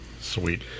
Sweet